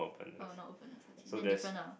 oh no openness okay then different ah